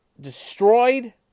destroyed